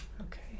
Okay